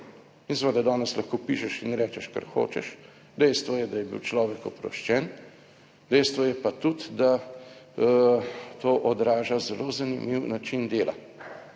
In seveda danes lahko pišeš in rečeš, kar hočeš. Dejstvo je, da je bil človek oproščen, dejstvo je pa tudi, da to odraža zelo zanimiv način dela,